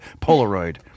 Polaroid